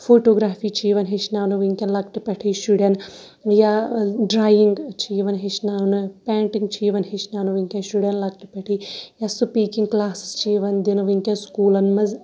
photography چھِ یِوان ہیٚچھناونہٕ وٕنۍکٮ۪ن لۄکٹہِ پٮ۪ٹھٕے شُرٮ۪ن یا ڈرٛایِنٛگ چھِ یِوان ہیٚچھناونہٕ پینٹِنٛگ چھِ یِوان ہیٚچھناونہٕ وٕنۍکٮ۪ن شُرٮ۪ن لۄکٹہِ پٮ۪ٹھٕے یا سُپیٖکِنٛگ کٕلاسٕز چھِ یِوان دِنہٕ وٕنۍکٮ۪س سکوٗلَن منٛز